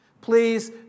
Please